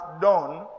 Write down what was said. done